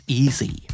easy